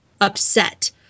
upset